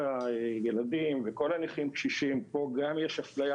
הילדים וכל הנכים קשישים פה גם יש אפליה,